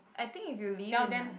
I think if you live in uh